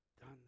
done